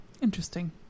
Interesting